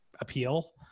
appeal